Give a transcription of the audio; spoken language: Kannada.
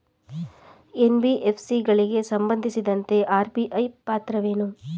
ಎನ್.ಬಿ.ಎಫ್.ಸಿ ಗಳಿಗೆ ಸಂಬಂಧಿಸಿದಂತೆ ಆರ್.ಬಿ.ಐ ಪಾತ್ರವೇನು?